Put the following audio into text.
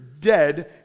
dead